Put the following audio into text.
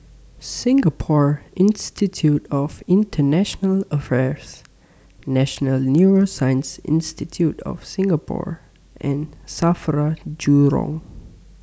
Singapore Institute of International Affairs National Neuroscience Institute of Singapore and SAFRA Jurong